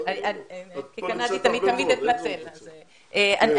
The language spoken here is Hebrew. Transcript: את לא צריכה להתנצל, זה בסדר גמור.